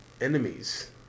enemies